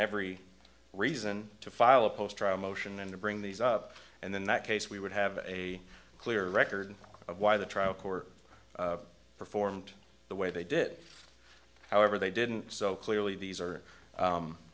every reason to file a post trial motion and to bring these up and in that case we would have a clear record of why the trial court performed the way they did however they didn't so clearly these